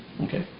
Okay